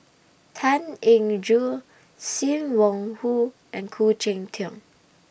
Tan Eng Joo SIM Wong Hoo and Khoo Cheng Tiong